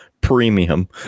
Premium